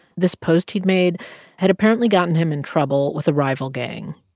this post he'd made had apparently gotten him in trouble with a rival gang.